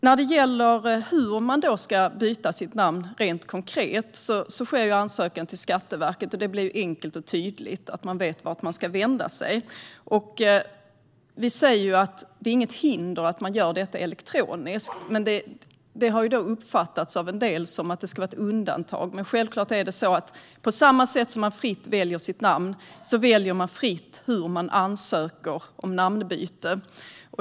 När det gäller hur man rent konkret ska byta sitt namn sker det genom en ansökan till Skatteverket. Det blir enkelt och tydligt, och man vet vart man ska vända sig. Vi säger att det inte är något hinder att man gör detta elektroniskt. Men det har av en del uppfattats som att det ska vara ett undantag. Men självklart är det så att på samma sätt som man fritt väljer sitt namn väljer man fritt hur man ansöker om namnbyte.